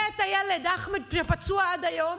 ואת הילד אחמד, שפצוע עד היום,